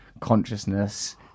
consciousness